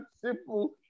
simple